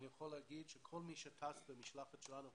אני יכול לומר שכל מי שטס במשלחת שלנו וחזר,